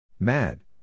Mad